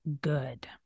good